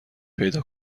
پیدا